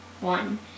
one